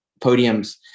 podiums